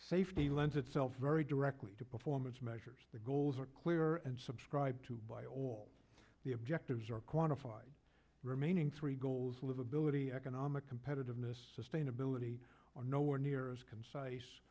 safety lends itself very directly to performance measures the goals are clear and subscribed to by all the objectives are quantified the remaining three goals livability economic competitiveness sustainability are nowhere near as concise